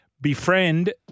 Befriend